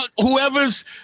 whoever's